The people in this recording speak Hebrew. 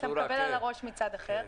אתה מקבל על הראש מצד אחד.